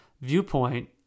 viewpoint